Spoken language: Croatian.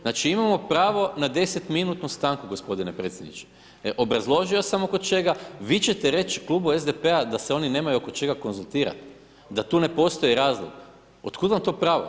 Znači imao pravo na 10 minutnu stanku, gospodine predsjedniče, obrazložio sam oko čega, vi ćete reći Klubu SDP-a da se oni nemaju oko čega konzultirati, da tu ne postoji razlog, od kud vam to pravo?